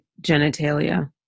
genitalia